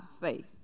faith